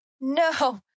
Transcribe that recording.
no